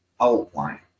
outline